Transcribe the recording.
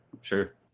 Sure